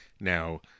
Now